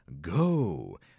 go